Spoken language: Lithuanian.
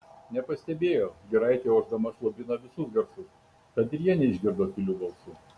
nepastebėjo giraitė ošdama slopina visus garsus tad ir jie neišgirdo tylių balsų